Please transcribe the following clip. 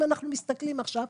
אם אנחנו מסתכלים עכשיו,